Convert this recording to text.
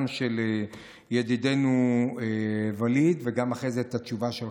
גם לידידנו ואליד ואחרי זה את התשובה לך,